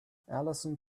alison